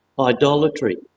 idolatry